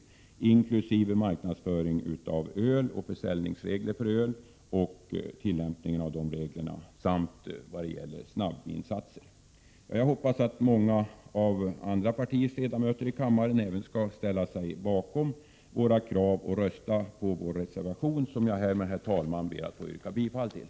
Det gäller också marknadsföringen av öl och försäljningsreglerna beträffande öl samt tillämpningen av dessa regler. Dessutom gäller det snabbvinsatserna. Jag hoppas att många ledamöter från andra partier skall ställa sig bakom våra krav och rösta på vår reservation, som jag härmed ber att få yrka bifall till.